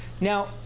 Now